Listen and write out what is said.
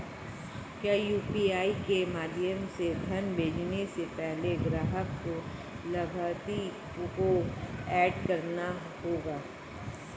क्या यू.पी.आई के माध्यम से धन भेजने से पहले ग्राहक को लाभार्थी को एड करना होगा?